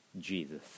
Jesus